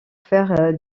faire